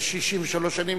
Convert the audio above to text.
אחרי 63 שנים,